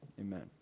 amen